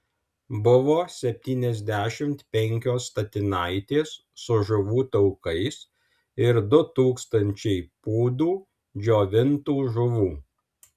buvo septyniasdešimt penkios statinaitės su žuvų taukais ir du tūkstančiai pūdų džiovintų žuvų